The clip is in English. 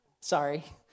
Sorry